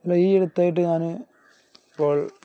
പിന്നെ ഈ അടുത്തായിട്ട് ഞാന് ഇപ്പോൾ